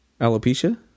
Alopecia